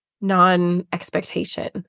non-expectation